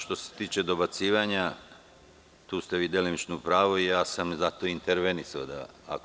Što se tiče dobacivanja, tu ste vi delimično u pravu i ja sam zato intervenisao.